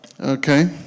Okay